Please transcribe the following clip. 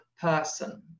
person